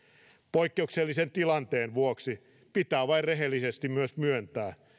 poikkeuksellisen tilanteen vuoksi pitää vain rehellisesti myös myöntää